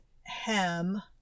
hem